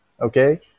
okay